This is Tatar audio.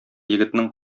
егетнең